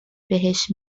بهش